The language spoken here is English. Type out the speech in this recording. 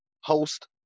host